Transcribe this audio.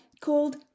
called